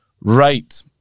Right